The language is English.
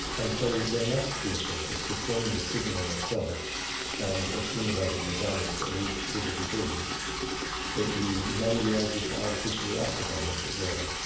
and so there must be a process between the signalling itself and accumulating the damage that leads to the disease that you may be able to artificially activate, as it were.